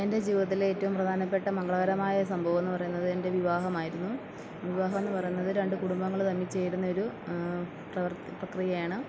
എന്റെ ജീവിതത്തിലെ ഏറ്റവും പ്രധാനപ്പെട്ട മംഗളകരമായ സംഭവം എന്ന് പറയുന്നത് വിവാഹമായിരുന്നു വിവാഹം എന്ന് പറയുന്നത് രണ്ട് കുടുംബങ്ങള് തമ്മിൽ ചേരുന്ന ഒരു പ്രക്രിയയാണ്